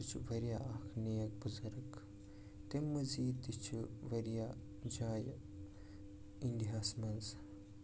سُہ چھُ واریاہ اَکھ نیک بُزرٕگ تَمہِ مٔزیٖد تہِ چھِ واریاہ جایہِ اِنڈیاہَس منٛز